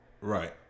Right